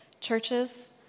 churches